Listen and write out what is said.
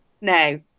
no